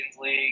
League